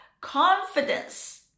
confidence